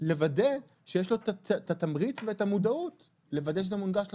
לוודא שיש לו את התמריץ ואת המודעות לוודא שזה מונגש לכולם.